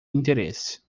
interesse